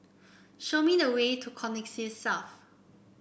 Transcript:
show me the way to Connexis South